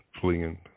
fleeing